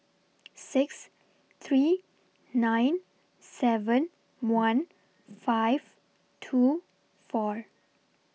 six three nine seven one five two four